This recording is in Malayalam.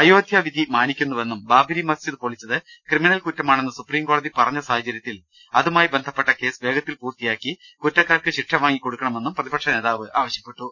അയോധ്യ വിധി മാനിക്കുന്നു വെന്നും ബാബ്രി മസ്ജിദ് പൊളിച്ചത് ക്രിമിനൽ കുറ്റമാണെന്ന് സുപ്രീംകോ ടതി പറഞ്ഞ സാഹചര്യത്തിൽ അതുമായി ബന്ധപ്പെട്ട കേസ് വേഗത്തിൽ പൂർത്തിയാക്കി കുറ്റക്കാർക്ക് ശിക്ഷ വാങ്ങി കൊടുക്കണ്മെന്നും പ്രതിപക്ഷ നേതാവ് ആവശ്യപ്പെട്ടു